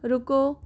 रुको